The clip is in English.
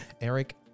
Eric